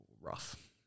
Rough